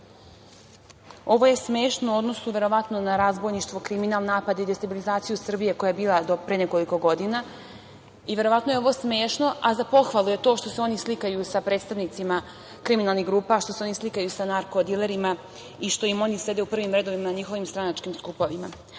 Ovo je smešno u odnosu, verovatno, na razbojništvo, kriminal, napad i destabilizaciju Srbije koja je bila do pre nekoliko godina i verovatno je ovo smešno, a za pohvalu je to što se oni slikaju sa predstavnicima kriminalnih grupa, što se oni slikaju sa narko-dilerima i što im oni sede u prvim redovima na njihovim stranačkim skupovima. Ali,